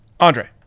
andre